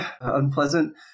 unpleasant